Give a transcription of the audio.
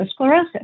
atherosclerosis